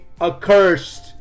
accursed